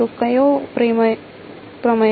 તો કયો પ્રમેય